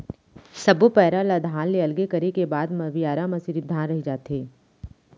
सब्बो पैरा ल धान ले अलगे करे के बाद म बियारा म सिरिफ धान रहि जाथे